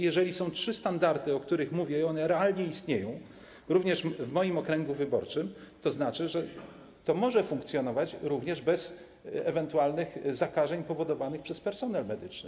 Jeżeli są trzy standardy, o których mówię, i one realnie istnieją, również w moim okręgu wyborczym, to znaczy, że POZ-y mogą funkcjonować również bez ewentualnych zakażeń powodowanych przez personel medyczny.